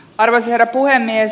arvoisa herra puhemies